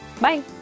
Bye